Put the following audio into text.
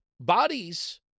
bodies